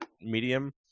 medium